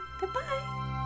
Goodbye